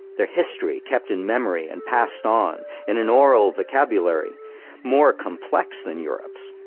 their history kept in memory and passed on, in an oral vocabulary more complex than europe's,